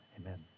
Amen